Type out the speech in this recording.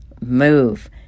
move